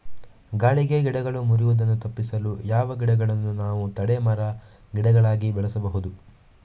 ಗಾಳಿಗೆ ಗಿಡಗಳು ಮುರಿಯುದನ್ನು ತಪಿಸಲು ಯಾವ ಗಿಡಗಳನ್ನು ನಾವು ತಡೆ ಮರ, ಗಿಡಗಳಾಗಿ ಬೆಳಸಬಹುದು?